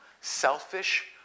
selfish